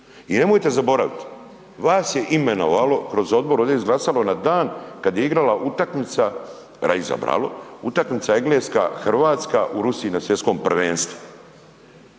I nemojte zaboraviti vas je imenovalo kroz odbor ovdje izglasano na dan kad je igrala utakmica, reizabralo, utakmica Engleska-Hrvatska u Rusiji na svjetskom prvenstvu